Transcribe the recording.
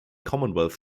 commonwealth